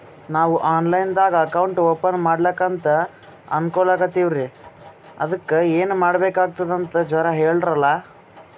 ನಾವು online ದಾಗ account open ಮಾಡ್ಲಕಂತ ಅನ್ಕೋಲತ್ತೀವ್ರಿ ಅದಕ್ಕ ಏನ ಮಾಡಬಕಾತದಂತ ಜರ ಹೇಳ್ರಲ?